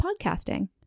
Podcasting